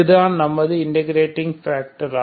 இதுதான் நமது interpreting factor